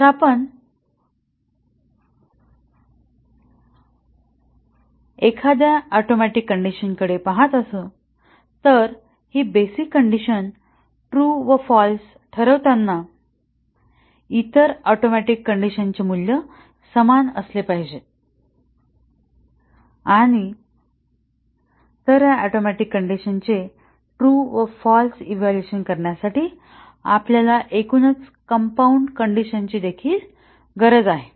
जर आपण एखाद्या ऍटोमिक कंडिशन कडे पहात आहोत तर ही बेसिक कंडिशन ट्रू व फाल्स ठरवताना इतर ऍटोमिक कंडिशनंचे मूल्य समान असले पाहिजे आणि तर या ऍटोमिक कंडिशनचे ट्रू व फाल्स इव्हॅल्युएशन करण्यासाठी आपल्याला एकूणच कंपाऊंड कंडिशनची देखील गरज आहे